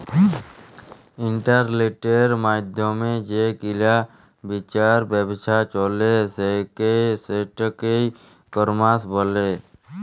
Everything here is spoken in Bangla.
ইলটারলেটের মাইধ্যমে যে কিলা বিচার ব্যাবছা চলে সেটকে ই কমার্স ব্যলে